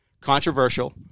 Controversial